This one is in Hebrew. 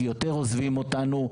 כי יותר עוזבים אותנו,